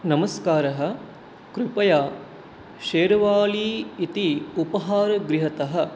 नमस्कारः कृपया शेर्वाली इति उपाहारगृहतः